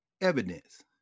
evidence